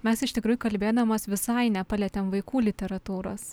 mes iš tikrųjų kalbėdamos visai nepalietėm vaikų literatūros